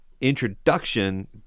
introduction